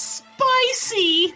spicy